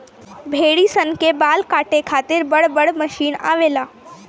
भेड़ी सन के बाल काटे खातिर बड़ बड़ मशीन आवेला